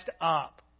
up